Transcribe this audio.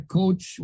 coach